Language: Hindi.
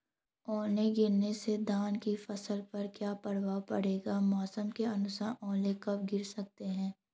ओले गिरना से धान की फसल पर क्या प्रभाव पड़ेगा मौसम के अनुसार ओले कब गिर सकते हैं?